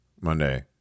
Monday